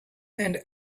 and